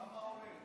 כמה עולה?